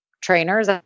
trainers